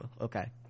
okay